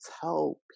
tell